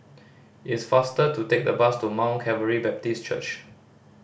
it is faster to take the bus to Mount Calvary Baptist Church